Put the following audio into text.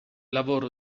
lavoro